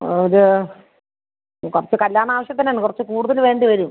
ഒരു കുറച്ച് കല്ല്യാണ ആവശ്യത്തിനാണ് കുറച്ച് കൂടുതൽ വേണ്ടി വരും